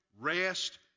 rest